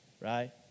Right